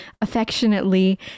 affectionately